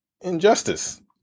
Injustice